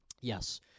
Yes